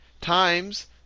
times